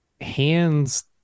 hands